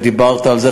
ודיברת על זה,